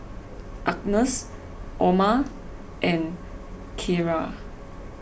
Agness Orma and Kierra